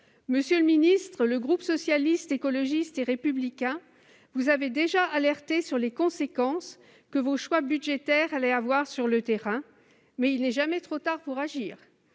Monsieur le ministre, le groupe Socialiste, Écologiste et Républicain vous avait déjà alerté sur les conséquences que vos choix budgétaires allaient emporter sur le terrain, mais il n'est pas trop tard pour agir